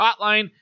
Hotline